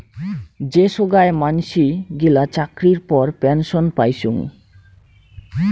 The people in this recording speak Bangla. যে সোগায় মানসি গিলা চাকরির পর পেনসন পাইচুঙ